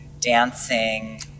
dancing